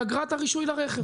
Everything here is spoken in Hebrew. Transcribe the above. באגרת הרישוי לרכב.